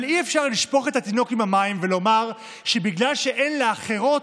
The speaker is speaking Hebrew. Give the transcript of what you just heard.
אבל אי-אפשר לשפוך את התינוק עם המים ולומר שבגלל שאין לאחרות,